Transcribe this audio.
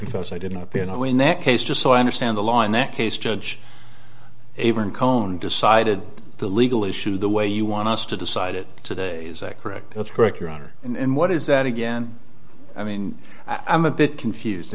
confess i didn't appear know in that case just so i understand the law in that case judge even cone decided the legal issue the way you want us to decide it today is that correct that's correct your honor and what is that again i mean i'm a bit confused